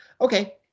Okay